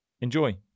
Enjoy